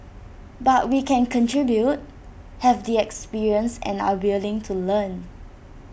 but we can contribute have the experience and are willing to learn